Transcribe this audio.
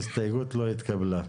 ההסתייגות לא התקבלה.